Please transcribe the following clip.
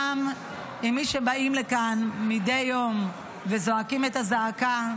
גם עם מי שבאים לכאן מדי יום וזועקים את הזעקה,